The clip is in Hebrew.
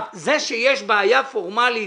זה שיש בעיה פורמלית